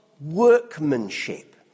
workmanship